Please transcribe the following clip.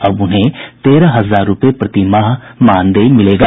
अब उन्हें तेरह हजार रूपये प्रतिमाह मानदेय मिलेगा